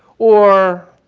or